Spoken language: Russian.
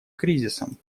кризисом